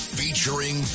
featuring